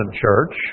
church